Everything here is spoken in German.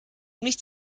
nicht